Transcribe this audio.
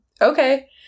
okay